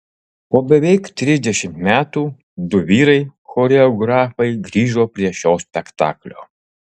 po beveik trisdešimt metų du vyrai choreografai grįžo prie šio spektaklio